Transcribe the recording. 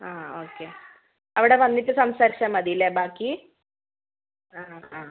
ആ ഓക്കെ അവിടെ വന്നിട്ട് സംസാരിച്ചാൽ മതിയല്ലെ ബാക്കി ആ ആ